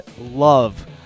love